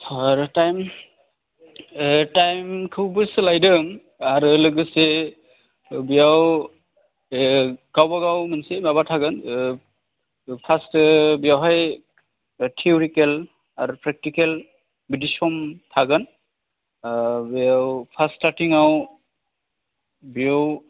four time टाइमखौबो सोलायदों आरो लोगोसे बेयाव गावबा गाव मोनसे माबा थागोन फार्स्टआव बेवहाय थिउरिटिकेल आरो प्रेक्टिकेल बिदि सम थागोन बेयाव फार्स्ट स्टार्टिङाव बेयाव